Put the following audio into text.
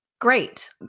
Great